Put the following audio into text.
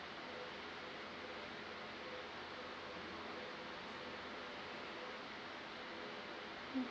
mm